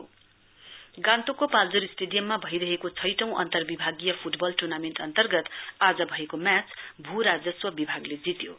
football गान्तोकको पाल्जोर स्टेडियममा भइरहेको छैटौं अन्तर्विभागीय फुटबल टुर्नामेण्ट अन्तर्गत आज भएको म्याच भू राजस्व विभागले जित्यो